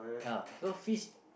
ya because fish